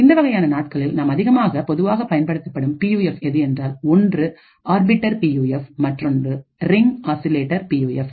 இந்த வகையான நாட்களில் நாம் அதிகமாக பொதுவாக பயன்படுத்தப்படும் பியூஎஃப் எது என்றால் ஒன்று ஆர்பிட்டர் பியூஎஃப் மற்றொன்று ரிங் ஆசிலேட்டர் பியூஎஃப்